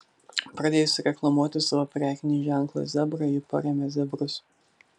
pradėjusi reklamuoti savo prekinį ženklą zebra ji parėmė zebrus